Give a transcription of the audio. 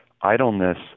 idleness